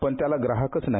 पण त्याला ग्राहकचं नाही